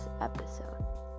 episode